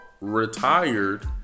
retired